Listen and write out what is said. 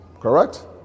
Correct